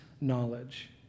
knowledge